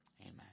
Amen